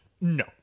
no